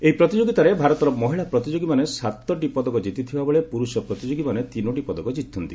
ଏହି ପ୍ରତିଯୋଗିତାରେ ଭାରତର ମହିଳା ପ୍ରତିଯୋଗୀମାନେ ସାତଟି ପଦକ ଜିତିଥିବା ବେଳେ ପୁରୁଷ ପ୍ରତିଯୋଗୀମାନେ ତିନୋଟି ପଦକ ଜିତିଛନ୍ତି